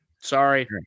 Sorry